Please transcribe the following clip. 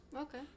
Okay